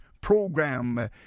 program